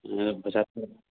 ꯑꯦ ꯄꯩꯁꯥ